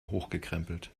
hochgekrempelt